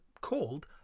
called